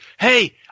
Hey